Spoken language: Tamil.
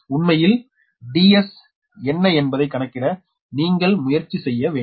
உண்மையில் Ds என்ன என்பதை கணக்கிட நீங்கள் முயற்சி செய்ய வேண்டும்